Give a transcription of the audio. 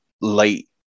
late